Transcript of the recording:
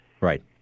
Right